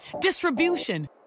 distribution